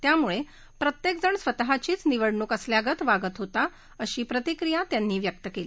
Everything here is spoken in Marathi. त्यामुळे प्रत्येकजण स्वतःचीच निवडणूक असल्यागत वागत होता अशी प्रतिक्रिया त्यांनी व्यक्त केली